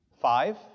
Five